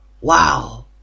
Wow